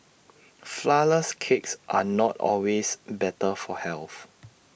Flourless Cakes are not always better for health